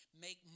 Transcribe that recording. make